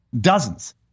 Dozens